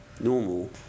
normal